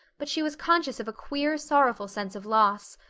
but she was conscious of a queer sorrowful sense of loss.